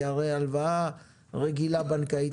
כי הרי הלוואה בנקאית רגילה,